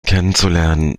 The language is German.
kennenzulernen